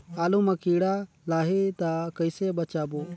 आलू मां कीड़ा लाही ता कइसे बचाबो?